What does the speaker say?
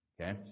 Okay